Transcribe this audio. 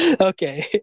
okay